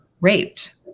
raped